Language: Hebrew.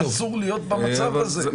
אסור להיות במצב הזה.